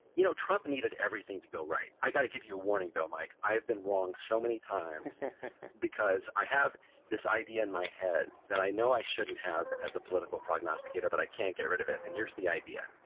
you know, trump needed everything to go right. i got to give you a warning, though, mike i have been wrong so many times because i have this idea in my head that i know i shouldn't have as a political prognosticator, but i can't get rid of it. and here's the idea.